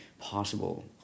possible